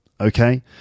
okay